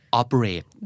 operate